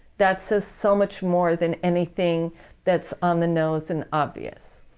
that says so much more than anything that's on-the-nose and obvious.